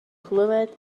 clywed